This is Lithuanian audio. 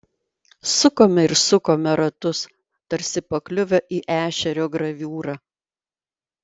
sukome ir sukome ratus tarsi pakliuvę į ešerio graviūrą